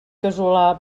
casolà